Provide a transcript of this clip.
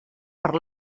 per